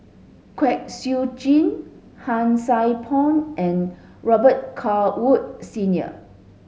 Kwek Siew Jin Han Sai Por and Robet Carr Woods Senior